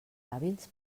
hàbils